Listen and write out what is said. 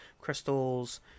crystals